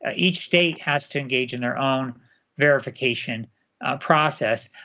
ah each state has to engage in their own verification process.